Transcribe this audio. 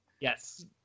Yes